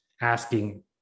asking